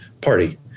party